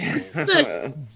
Six